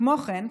כמו כן,